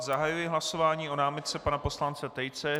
Zahajuji hlasování o námitce pana poslance Tejce.